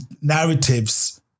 Narratives